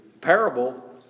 parable